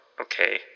Okay